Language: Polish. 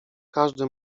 każdy